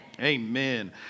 amen